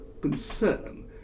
concern